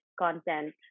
content